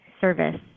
service